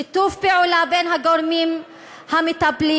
שיתוף פעולה בין הגורמים המטפלים,